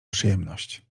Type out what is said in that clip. przyjemność